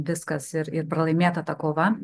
viskas ir ir pralaimėta ta kova